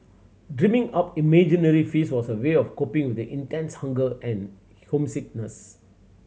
dreaming up imaginary feasts was a way of coping with the intense hunger and homesickness